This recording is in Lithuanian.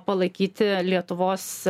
palaikyti lietuvos